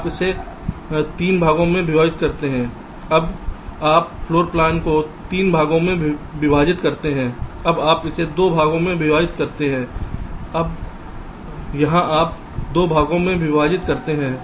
आप इसे 3 भागों में विभाजित करते हैं यहाँ आप फर्श योजना को 3 भागों में विभाजित करते हैं यहाँआप इसे 2 भागों में विभाजित करते हैं यहाँ आप 2 भागों में विभाजित करते हैं